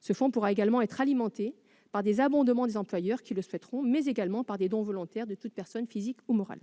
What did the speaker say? Ce fonds pourra également être abondé par les employeurs qui le souhaiteront, ou alimenté par des dons volontaires effectués par toute personne physique ou morale.